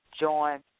join